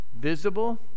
visible